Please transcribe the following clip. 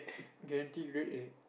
guarantee grade A